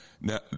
now